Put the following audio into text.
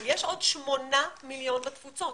אבל יש עוד שמונה מיליון בתפוצות.